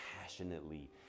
passionately